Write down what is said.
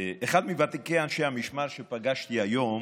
אחד מוותיקי אנשי המשמר שפגשתי היום